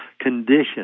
condition